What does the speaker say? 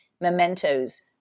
mementos